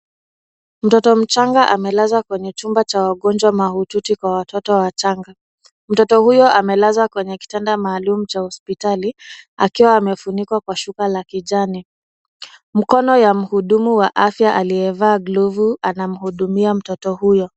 Mtoto mchanga amelazwa kwenye chumba cha wagonjwa mahututi, kwa watoto wachanga. Mtoto huyo amelazwa kwenye kitanda maalum cha hospitali, akiwa amefunikwa kwa shuka la kijani. Mkono ya mhudumu wa afya, aliyevaa glavu, anamhudumia mtoto huyo.